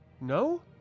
No